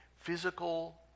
physical